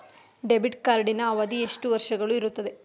Debit ಕಾರ್ಡಿನ ಅವಧಿ ಎಷ್ಟು ವರ್ಷಗಳು ಇರುತ್ತದೆ?